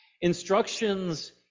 Instructions